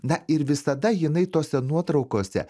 na ir visada jinai tose nuotraukose